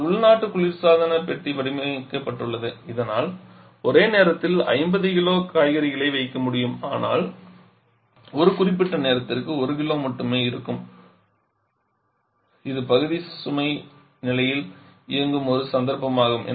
உங்கள் உள்நாட்டு குளிர்சாதன பெட்டி வடிவமைக்கப்பட்டுள்ளது இதனால் ஒரே நேரத்தில் 50 கிலோ காய்கறிகளை வைக்க முடியும் ஆனால் ஒரு குறிப்பிட்ட நேரத்திற்கு 1 கிலோ மட்டுமே இருக்கும் இது பகுதி சுமை நிலையில் இயங்கும் ஒரு சந்தர்ப்பமாகும்